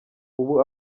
ubu